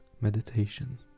meditation